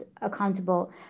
accountable